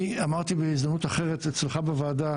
אמרתי בהזדמנות אחרת אצלך בוועדה,